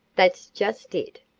that's just it,